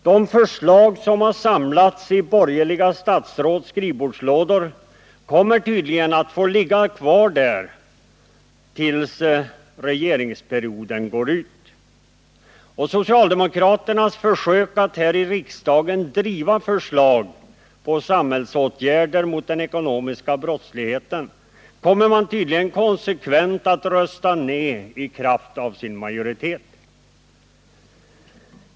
De förslag som samlats i borgerliga statsråds skrivbordslådor kommer tydligen att få ligga kvar där tills regeringsperioden går ut. Och socialdemokraternas förslag här i riksdagen om samhällsåtgärder mot den ekonomiska brottsligheten kommer man tydligen konsekvent att rösta ned i kraft av sin majoritet.